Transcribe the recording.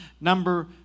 number